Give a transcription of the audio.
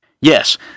Yes